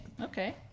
Okay